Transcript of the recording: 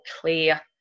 clear